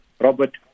Robert